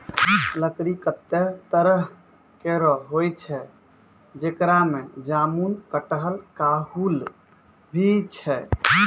लकड़ी कत्ते तरह केरो होय छै, जेकरा में जामुन, कटहल, काहुल भी छै